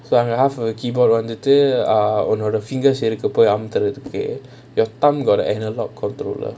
so half of the keybooard வந்துட்டு உன்னோட:vanthutu unnoda fingers அம்முதுரத்துக்கு:ammuthurathukku your thumb got the and a lot of controllers